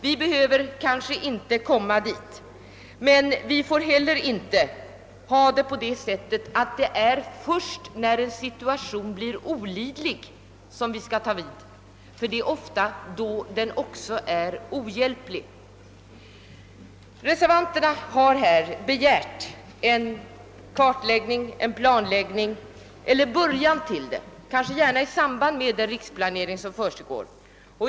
Vi behöver kanske inte komma dithän, men vi får inte heller ha det så ordnat att vi kan gripa in först när situationen blivit olidlig. Då är den nämligen också ofta ohjälplig. Reservanterna har begärt att en kartläggning och planläggning av vattenförsörjningen åtminstone påbörjas, kanske i samband med den riksplanering som nu pågår.